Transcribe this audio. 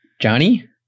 Johnny